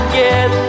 get